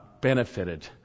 benefited